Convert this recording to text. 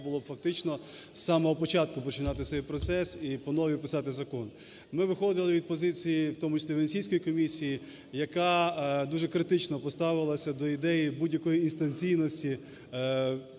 було б фактично з самого початку починати цей процес і по-новій писати закон. Ми виходили від позиції, в тому числі Венеційської комісії, яка дуже критично поставилася до ідеї будь-якої інстанційності